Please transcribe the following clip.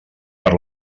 per